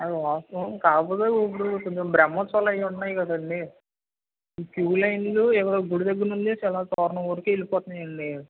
వాస్తవం కాకపోతే ఇప్పుడు కొంచెం బ్రహ్మోత్సవాలు అవి ఉన్నాయి కదండీ ఈ క్యూ లైన్లు ఏవో గుడి దగ్గర నుండి చాలా దూరం వరకు వెళ్ళిపోతున్నాయండి